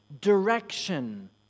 direction